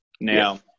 Now